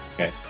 okay